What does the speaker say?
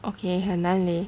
okay 很难 leh